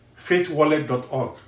faithwallet.org